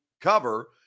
cover